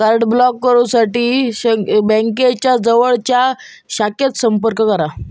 card block करुसाठी बँकेच्या जवळच्या शाखेत संपर्क करा